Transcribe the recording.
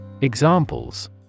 Examples